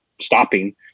stopping